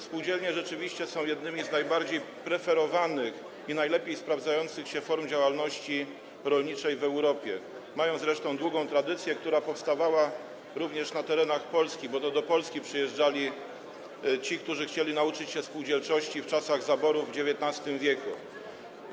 Spółdzielnie rzeczywiście są jednymi z najbardziej preferowanych i najlepiej sprawdzających się form działalności rolniczej w Europie, mają zresztą długą tradycję, która miała swoje początki również na terenach Polski, bo to do Polski przyjeżdżali ci, którzy chcieli nauczyć się spółdzielczości w czasach zaborów w XIX w.